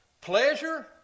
pleasure